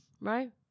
Right